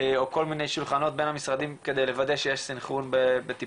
או כל מיני שולחנות בין המשרדים כדי לוודא שיש סנכרון בטיפול,